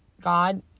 God